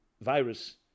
virus